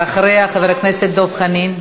ואחריה, חבר הכנסת דב חנין.